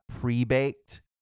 pre-baked